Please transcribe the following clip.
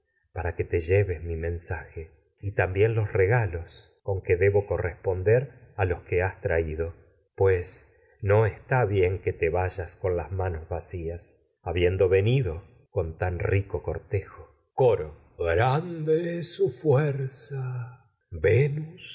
para que te lleves mi mensaje también los regalos pues no con que está debo corresponder a los que has traído te vayas rico con bien que con las manos vacías habiendo coro toria venido tan cortejo grande es su fuerza venus